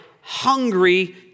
hungry